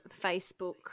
Facebook